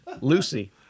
Lucy